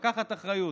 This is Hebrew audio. לקחת אחריות.